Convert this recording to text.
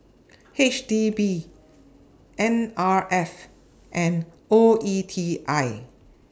H D B N R F and O E T I